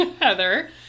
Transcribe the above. Heather